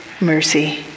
mercy